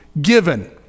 given